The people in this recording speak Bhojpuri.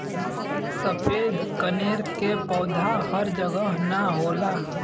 सफ़ेद कनेर के पौधा हर जगह ना होला